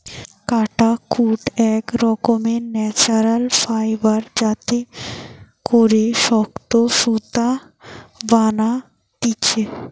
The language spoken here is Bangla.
কাটাকুট এক রকমের ন্যাচারাল ফাইবার যাতে করে শক্ত সুতা বানাতিছে